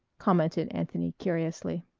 commented anthony curiously.